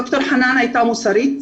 ד"ר חנאן הייתה מוסרית,